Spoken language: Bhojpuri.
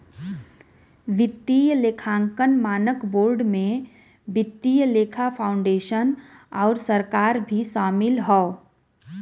वित्तीय लेखांकन मानक बोर्ड में वित्तीय लेखा फाउंडेशन आउर सरकार भी शामिल हौ